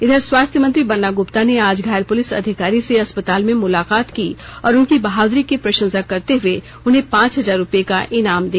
इधर स्वास्थ्य मंत्री बन्ना गुप्ता ने आज घायल पुलिस अधिकारी से अस्पताल में मुलाकात की और उनकी बहादुरी की प्रशंसा करते हुए उन्हें पांच हजार रुपये का इनाम दिया